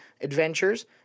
Adventures